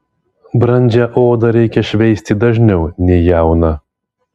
brandžią odą reikia šveisti dažniau nei jauną